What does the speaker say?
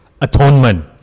atonement